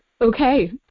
Okay